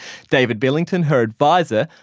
david billington, her adviser,